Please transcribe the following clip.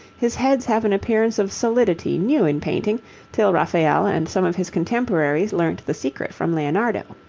his heads have an appearance of solidity new in painting, till raphael and some of his contemporaries learnt the secret from leonardo.